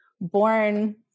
born